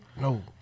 No